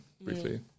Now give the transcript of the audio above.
briefly